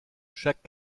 chaque